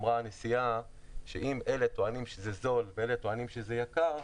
הנשיאה אמרה שאם אלה טוענים שזה זול ואלה טוענים שזה יקר,